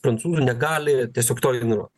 prancūzų negali tiesiog to ignoruot